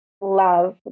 love